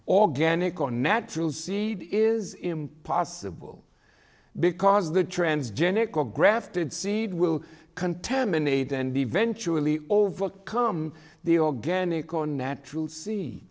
organic or natural seed is impossible because the transgenic a grafted seed will contaminate and eventually overcome the organic or natural see